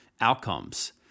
outcomes